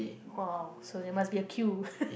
!wow! so there must a queue